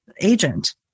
agent